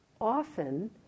often